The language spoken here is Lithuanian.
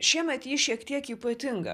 šiemet ji šiek tiek ypatinga